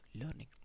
learning